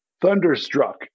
thunderstruck